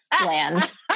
Land